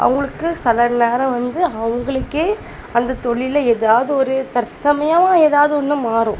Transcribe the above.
அவங்களுக்கு சில நேரம் வந்து அவங்களுக்கே அந்த தொழில்ல ஏதாவது ஒரு தற்சமயம் ஏதாவது ஒன்று மாறும்